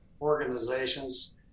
organizations